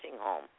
home